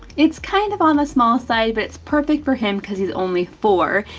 it's kind of on a small size, but it's perfect for him cause he's only four.